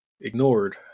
ignored